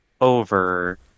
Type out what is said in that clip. over